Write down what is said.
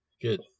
Good